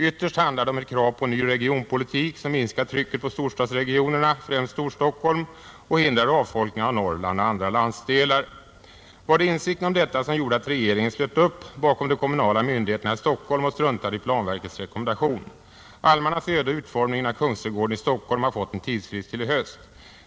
Ytterst handlar det om ett krav på en ny regionpolitik som minskar trycket på storstadsregionerna, främst Storstockholm, och hindrar avfolkningen av Norrland och andra landsdelar. Var det insikten om detta som gjorde att regeringen slöt upp bakom de kommunala myndigheterna i Stockholm och struntade i planverkets rekommendation? Almarnas öde och utformningen av Kungsträdgården i Stockholm har fått en tidsfrist till i höst.